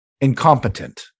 incompetent